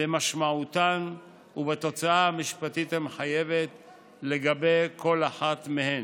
במשמעותן ובתוצאה המשפטית המחייבת לגבי כל אחת מהן: